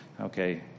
okay